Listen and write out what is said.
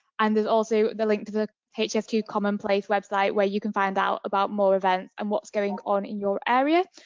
and there's also the link to the h s two commonplace website where you can find out about more events and what's going on in your area.